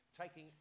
taking